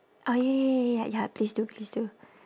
oh ya ya ya ya please do please do